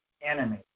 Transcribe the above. enemy